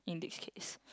in this case